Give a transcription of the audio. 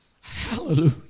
Hallelujah